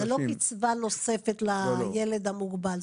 זה לא קצבה נוספת לילד המוגבל,